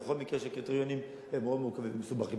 בכל מקרה, הקריטריונים מאוד מורכבים ומסובכים.